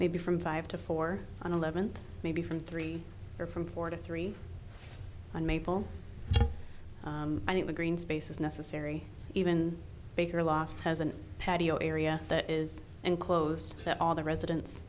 maybe from five to four on eleven maybe from three or from four to three on maple i think the green space is necessary even bigger loss has an patio area that is enclosed that all the residents